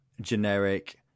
generic